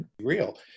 real